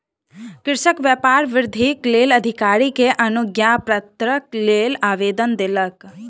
कृषक व्यापार वृद्धिक लेल अधिकारी के अनुज्ञापत्रक लेल आवेदन देलक